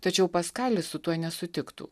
tačiau paskalis su tuo nesutiktų